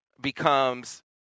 becomes